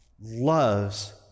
loves